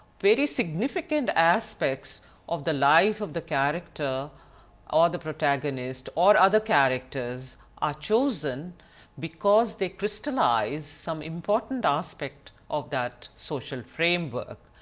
very significant aspects of the life of the character or the protagonist or other characters are chosen because they crystallize some important aspect of that social frame work.